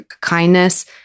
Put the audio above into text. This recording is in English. kindness